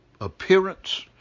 appearance